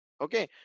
Okay